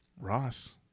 Ross